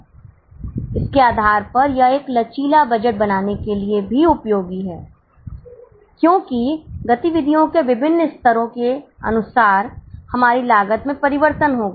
इनके आधार पर यह एक लचीला बजट बनाने के लिए भी उपयोगी है क्योंकि गतिविधियों के विभिन्न स्तरों के अनुसार हमारी लागत में परिवर्तन होगा